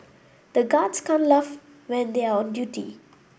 the guards can't laugh when they are on duty